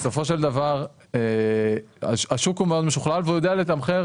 בסופו של דבר השוק הוא מאוד משוכלל והוא יודע לתמחר